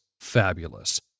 fabulous